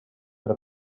that